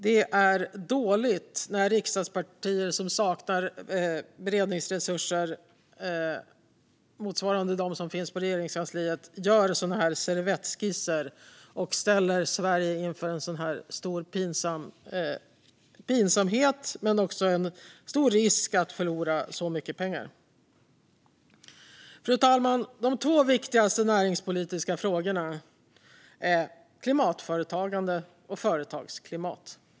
Det är dåligt när riksdagspartier som saknar beredningsresurser, motsvarande de som finns i Regeringskansliet, gör sådana här servettskisser och ställer Sverige inför en så stor pinsamhet men också en stor risk att förlora så mycket pengar. Fru talman! De två viktigaste näringspolitiska frågorna är klimatföretagande och företagsklimat.